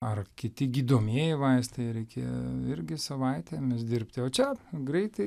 ar kiti gydomieji vaistai reikia irgi savaitėmis dirbti o čia greitai